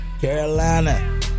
Carolina